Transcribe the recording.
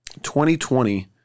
2020